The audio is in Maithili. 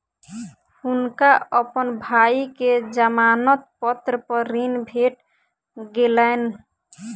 हुनका अपन भाई के जमानत पत्र पर ऋण भेट गेलैन